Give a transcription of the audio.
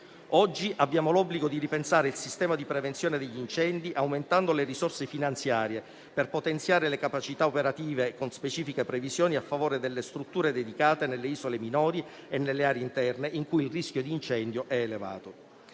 Oggi abbiamo l'obbligo di ripensare il sistema di prevenzione degli incendi aumentando le risorse finanziarie per potenziare le capacità operative con specifiche previsioni a favore delle strutture dedicate nelle isole minori e nelle aree interne in cui il rischio di incendio è elevato.